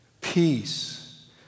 peace